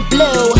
Blue